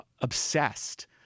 obsessed